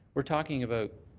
we're talking about